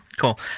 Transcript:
cool